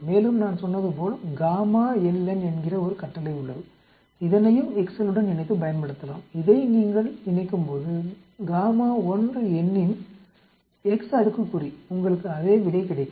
மேலும் நான் சொன்னது போல் GAMMALN என்கிற ஒரு கட்டளை உள்ளது இதனையும் எச்செல்லுடன் இணைத்து பயன்படுத்தலாம் இதை நீங்கள் இணைக்கும்போது காமா l nஇன் x அடுக்குக்குறி உங்களுக்கு அதே விடை கிடைக்கும்